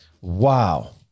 Wow